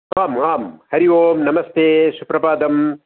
आम् आं हरिः ओं नमस्ते सुप्रभातम्